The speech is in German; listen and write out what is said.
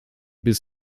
bis